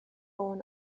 born